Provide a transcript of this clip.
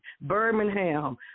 Birmingham